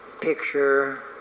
picture